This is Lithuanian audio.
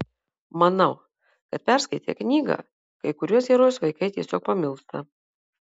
manau kad perskaitę knygą kai kuriuos herojus vaikai tiesiog pamilsta